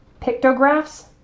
pictographs